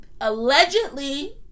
allegedly